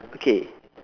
okay